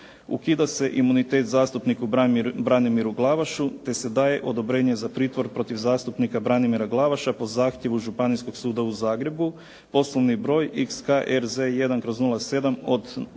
„Ukida se imunitet zastupniku Branimiru Glavašu, te se daje odobrenje za pritvor protiv zastupnika Branimira Glavaša po zahtjevu Županijskog suda u Zagrebu poslovni broj XKRZ1/07 od 8.